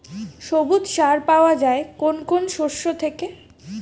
সবুজ সার পাওয়া যায় কোন কোন শস্য থেকে?